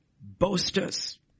boasters